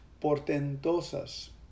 portentosas